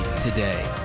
today